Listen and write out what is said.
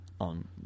on